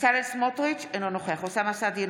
בצלאל סמוטריץ' אינו נוכח אוסאמה סעדי,